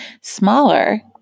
smaller